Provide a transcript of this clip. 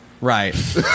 Right